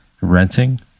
Renting